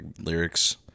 lyrics